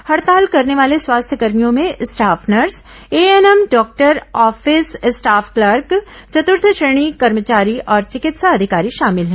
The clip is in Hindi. हड़ताल करने वाले स्वास्थ्यकर्मियों में staff nurse ANM doctor office staff clerk चतृर्थ श्रेणी कर्मचारी और चिकित्सा अधिकारी शामिल हैं